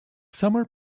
summer